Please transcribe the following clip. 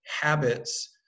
Habits